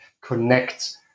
connect